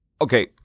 okay